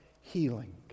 healing